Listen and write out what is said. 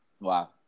Wow